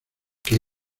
que